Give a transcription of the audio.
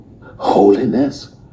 holiness